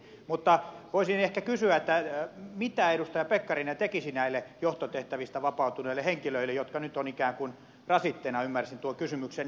mutta voisin ehkä kysyä mitä edustaja pekkarinen tekisi näille johtotehtävistä vapautuneille henkilöille jotka nyt ovat ikään kuin rasitteena ymmärsin tuon kysymyksen niin